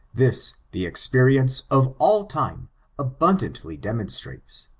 this the experience of all time abun dantly demonstrates,